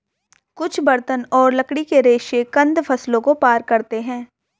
कुछ बर्तन और लकड़ी के रेशे कंद फसलों को पार करते है